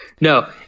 No